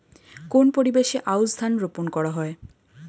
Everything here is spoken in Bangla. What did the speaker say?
কোন পরিবেশে আউশ ধান রোপন করা হয়?